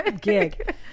gig